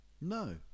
No